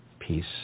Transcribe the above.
peace